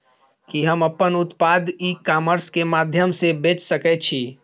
कि हम अपन उत्पाद ई कॉमर्स के माध्यम से बेच सकै छी?